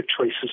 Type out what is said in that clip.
choices